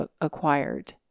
acquired